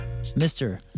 Mr